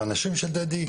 האנשים של דדי,